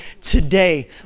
today